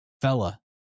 fella